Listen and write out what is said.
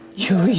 you